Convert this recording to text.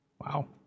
Wow